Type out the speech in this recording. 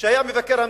שהיה מבקר המדינה,